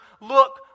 look